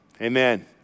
amen